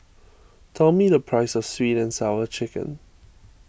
tell me the price of Sweet and Sour Chicken